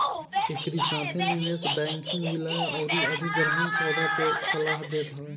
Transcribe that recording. एकरी साथे निवेश बैंकिंग विलय अउरी अधिग्रहण सौदा पअ सलाह देत हवे